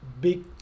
big